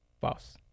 False